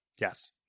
Yes